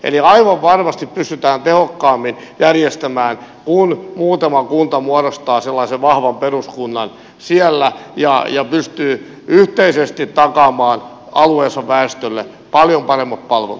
eli aivan varmasti pystytään tehokkaammin järjestämään kun muutama kunta muodostaa sellaisen vahvan peruskunnan siellä ja pystyy yhteisesti takaamaan alueensa väestölle paljon paremmat palvelut